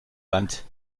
wand